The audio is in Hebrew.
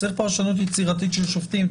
צריך פרשנות יצירתית של שופטים.